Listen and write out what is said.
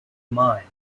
mine